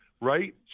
Right